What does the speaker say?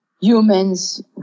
humans